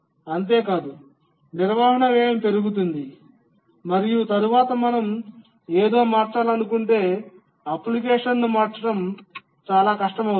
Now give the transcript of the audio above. అంతే కాదు నిర్వహణ వ్యయం పెరుగుతుంది మరియు తరువాత మనం ఏదో మార్చాలనుకుంటే అప్లికేషన్ను మార్చడం చాలా కష్టం అవుతుంది